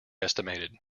estimated